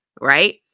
right